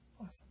Awesome